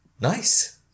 Nice